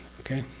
okay?